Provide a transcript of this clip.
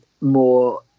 more